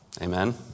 Amen